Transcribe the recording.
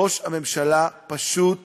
ראש הממשלה פשוט